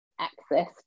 access